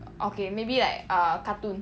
okay maybe like ah cartoon